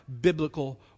biblical